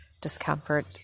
discomfort